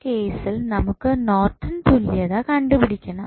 ഈ കേസിൽ നമുക്ക് നോർട്ടൺ തുല്യതാ കണ്ടുപിടിക്കണം